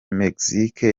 mexique